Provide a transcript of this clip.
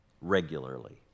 regularly